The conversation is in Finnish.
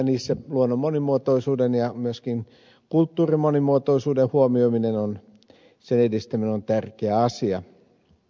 niissä luonnon monimuotoisuuden ja myöskin kulttuurin monimuotoisuuden huomioimisen edistäminen on tärkeä asia